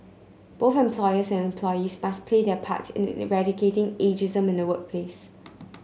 both employers and employees must play their part in eradicating ageism in the workplace